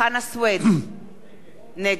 נגד מרינה סולודקין,